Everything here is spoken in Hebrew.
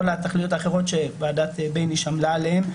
התכליות האחרות שוועדת בייניש עמלה עליהן,